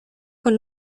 con